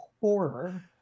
horror